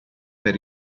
per